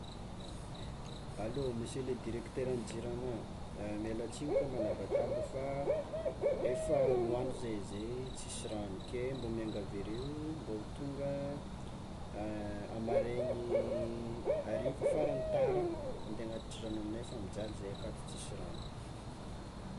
Allô, monsieur le directeur jirama, miala tsiny magnabataba fa efa roa andro zahay ze tsisy ragno ke mba miangavy areo mba ho tonga amaraigny hariva farany tara ande hagnatitry ragno amignay fa mijaly zahay akato fa tsisy rano.